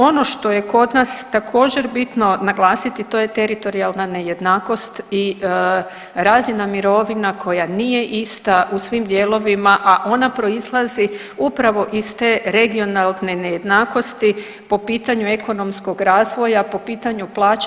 Ono što je kod nas također bitno naglasiti to je teritorijalna nejednakost i razina mirovina koja nije ista u svim dijelovima a ona proizlazi upravo iz te regionalne nejednakosti po pitanju ekonomskog razvoja, po pitanju plaća.